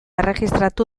erregistratu